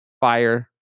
fire